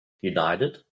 United